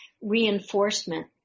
reinforcement